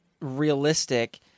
realistic